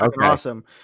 awesome